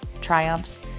triumphs